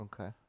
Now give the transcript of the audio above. Okay